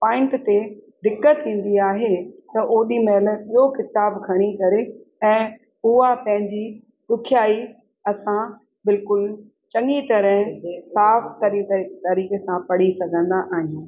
point ते दिक़त थींदी आहे त ओॾीमहिल उहो किताब खणी करे ऐं उहा पंहिंजी ॾुखियाई असां बिल्कुलु चङी तरह साफ़ु तरीक़े तरीक़े सां पढ़ी सघंदा आहियूं